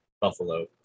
Buffalo